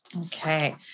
okay